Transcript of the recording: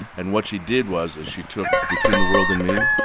and what she did was, is she took between the world and me,